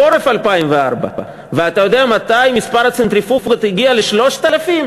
חורף 2004. ואתה יודע מתי מספר הצנטריפוגות הגיע ל-3,000?